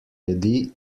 jedi